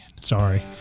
Sorry